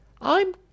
I'm